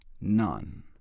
none